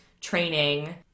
training